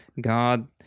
God